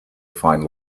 find